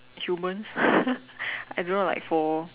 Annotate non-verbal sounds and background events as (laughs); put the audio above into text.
human (laughs) I don't know like for